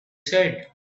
said